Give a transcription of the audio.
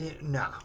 No